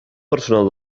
personal